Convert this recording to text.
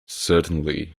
certainly